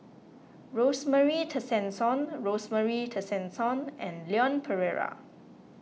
Rosemary Tessensohn Rosemary Tessensohn and Leon Perera